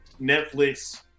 Netflix